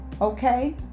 Okay